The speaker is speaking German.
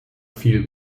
viel